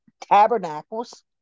tabernacles